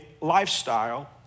lifestyle